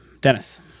dennis